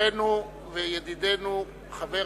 חברנו וידידנו חבר